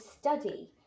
study